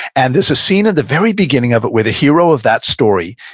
and this is seen at the very beginning of it where the hero of that story,